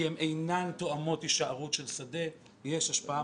כי הן אינן תואמות הישארות של שדה יש השפעה